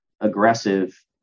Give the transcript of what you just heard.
aggressive